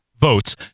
votes